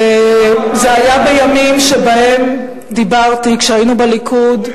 וזה היה בימים שבהם דיברתי, כשהיינו בליכוד,